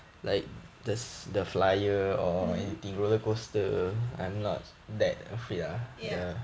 mm ya